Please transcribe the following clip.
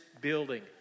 building